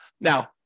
Now